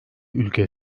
ülke